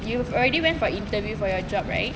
you've already went for interview for your job right